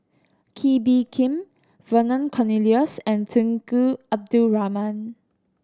Kee Bee Khim Vernon Cornelius and Tunku Abdul Rahman